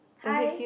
hi